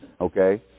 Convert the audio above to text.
okay